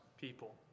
people